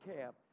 camp